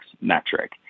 metric